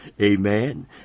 Amen